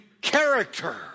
character